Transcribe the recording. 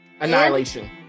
Annihilation